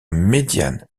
médiane